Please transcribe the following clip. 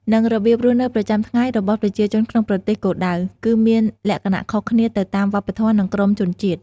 និងរបៀបរស់នៅប្រចាំថ្ងៃរបស់ប្រជាជនក្នុងប្រទេសគោលដៅ គឺមានលក្ខណៈខុសគ្នាទៅតាមវប្បធម៌ និងក្រុមជនជាតិ។